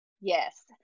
Yes